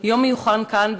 יום מיוחד כאן,